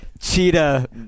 cheetah